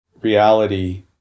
reality